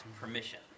permission